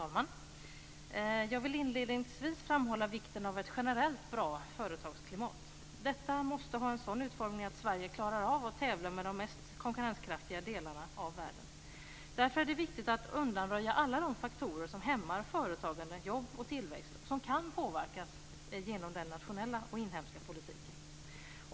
Fru talman! Jag vill inledningsvis framhålla vikten av ett generellt bra företagsklimat. Detta måste ha en sådan utformning att Sverige klarar av att tävla med de mest konkurrenskraftiga delarna av världen. Därför är det viktigt att undanröja alla de faktorer som hämmar företagande, jobb och tillväxt och som kan påverkas genom den nationella inhemska politiken.